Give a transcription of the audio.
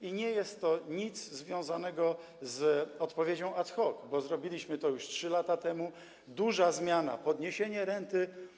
I nie jest to nic związanego z odpowiedzią ad hoc, bo zrobiliśmy to już 3 lata temu - duża zmiana, podniesienie renty.